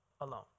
alone